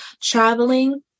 traveling